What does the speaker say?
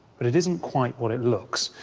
but it isn't quite what it looks.